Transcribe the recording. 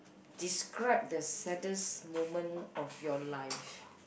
describe the saddest moment of your life